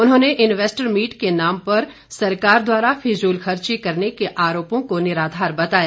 उन्होंने investor meet के नाम पर सरकार द्वारा फिजूलखर्ची करने के आरोपों को निराधार बताया